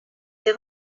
ses